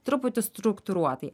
truputį struktūruotai